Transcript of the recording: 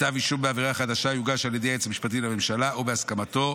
כתב אישום בעבירה החדשה יוגש על ידי היועץ המשפטי לממשלה או בהסכמתו.